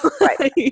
Right